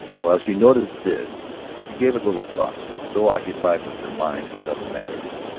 while she noted this she gave it little thought, so occupied was her mind with other matters.